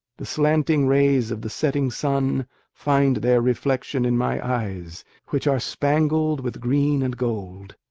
the slanting rays of the setting sun find their reflection in my eyes which are spangled with green and gold.